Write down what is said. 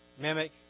mimic